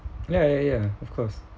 ya ya ya of course